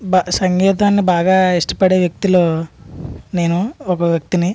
బా సంగీతాన్ని బాగా ఇష్టపడే వ్యక్తిలో నేను ఒక వ్యక్తిని